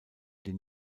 den